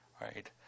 right